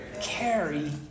carry